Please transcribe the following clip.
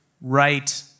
right